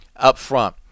upfront